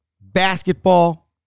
basketball